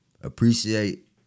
appreciate